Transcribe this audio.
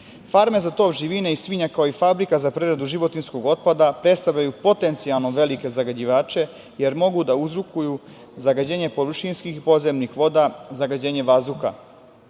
za tov živine i svinja, kao i fabrika za preradu životinjskog otpada, predstavljaju potencijalno velike zagađivače, jer mogu da uzrokuju zagađenje površinskih i podzemnih voda, zagađenje